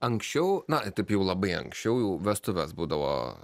anksčiau na taip jau labai anksčiau vestuvės būdavo